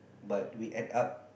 but we end up